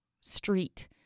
street